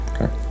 Okay